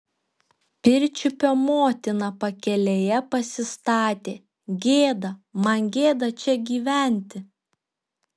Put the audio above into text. pirčiupio motiną pakelėje pasistatė gėda man gėda čia gyventi